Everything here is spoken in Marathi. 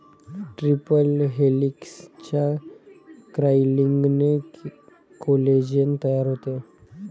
ट्रिपल हेलिक्सच्या कॉइलिंगने कोलेजेन तयार होते